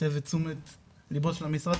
שתסב את תשומת ליבו של המשרד,